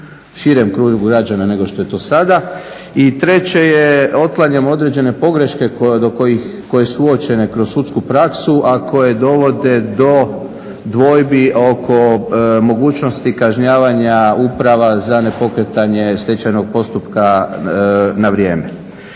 širem krugu građana nego što je to sada i treće je otklanjamo određene pogreške koje su uočene kroz sudsku praksu, a koje dovode do dvojbi oko mogućnosti kažnjavanja uprava za nepokretanje stečajnog postupka na vrijeme.